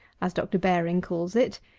as dr. baring calls it,